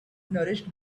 nourished